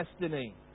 destiny